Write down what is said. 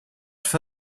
for